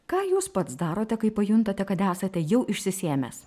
ką jūs pats darote kai pajuntate kad esate jau išsisėmęs